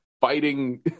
fighting